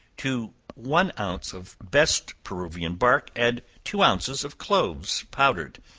to one ounce of best peruvian bark, add two ounces of cloves powdered,